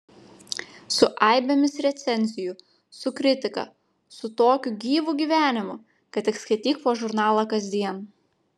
su aibėmis recenzijų su kritika su tokiu gyvu gyvenimu kad tik skaityk po žurnalą kasdien